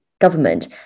government